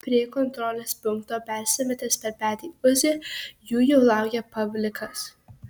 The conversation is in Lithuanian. prie kontrolės punkto persimetęs per petį uzi jų jau laukė pavlikas